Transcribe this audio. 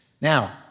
Now